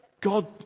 God